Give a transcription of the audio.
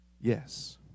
yes